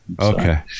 Okay